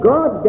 God